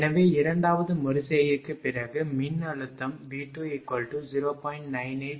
எனவே இரண்டாவது மறு செய்கைக்குப் பிறகு மின்னழுத்தம் V20